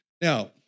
Now